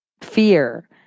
Fear